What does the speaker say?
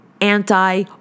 anti